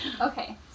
Okay